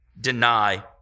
deny